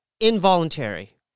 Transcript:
involuntary